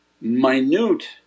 minute